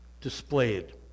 displayed